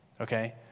Okay